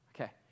okay